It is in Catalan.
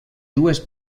dues